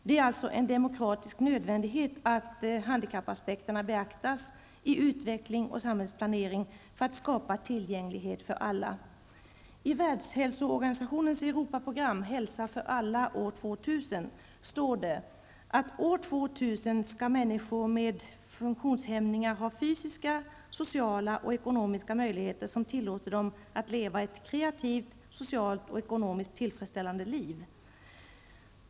Det är alltså en demokratisk nödvändighet att handikappaspekterna beaktas vid utveckling och samhällsplanering för att därmed skapa tillgänglighet för alla. ''Hälsa för alla år 2000'' står det att ''år 2000 skall människor med funktionshämningar ha fysiska, sociala och ekonomiska möjligheter som tillåter dem att leva ett kreativt, socialt och ekonomiskt tillfredsställande liv''.